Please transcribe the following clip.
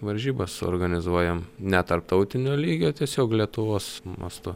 varžybas suorganizuojam ne tarptautinio lygio tiesiog lietuvos mastu